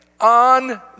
on